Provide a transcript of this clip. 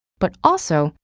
but also,